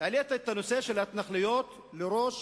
העלית את נושא ההתנחלויות אל ראש